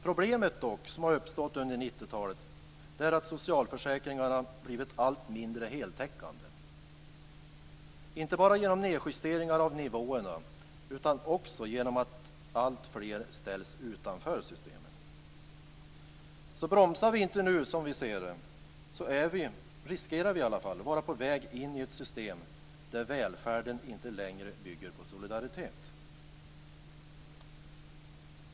Problemet som har uppstått under 90-talet är dock att socialförsäkringarna blivit allt mindre heltäckande - inte bara genom nedjusteringar av nivåerna utan också genom att alltfler ställts utanför systemen. Bromsar vi inte nu så är vi, eller riskerar i alla fall som vi ser det att vara, på väg in i ett system där välfärden inte längre bygger på solidaritet.